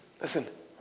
Listen